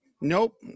nope